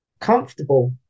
comfortable